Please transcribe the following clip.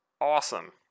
awesome